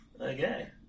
Okay